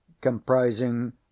comprising